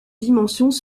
dimensions